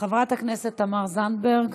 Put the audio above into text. חברת הכנסת תמר זנדברג,